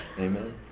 amen